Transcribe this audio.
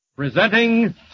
Presenting